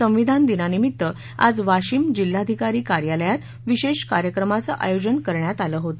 संविधान दिनानिभित्त आज वाशिम जिल्हाधिकारी कार्यालयात विशेष कार्यक्रमाचे आयोजन करण्यात आले होते